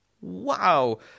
Wow